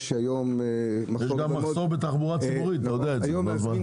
יש גם מחסור בתחבורה ציבורית, נו אז מה?